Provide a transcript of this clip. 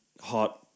hot